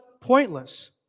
pointless